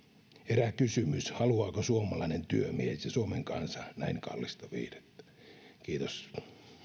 herää kysymys haluavatko suomalainen työmies ja suomen kansa näin kallista viihdettä kiitos